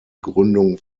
gründung